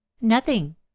Nothing